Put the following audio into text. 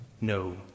no